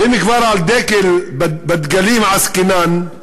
ואם כבר בדגלים עסקינן,